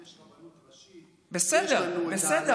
יש לנו רבנות ראשית, יש לנו את ההלכה,